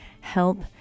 help